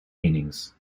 meanings